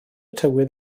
tywydd